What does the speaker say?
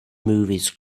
movies